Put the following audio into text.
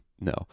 No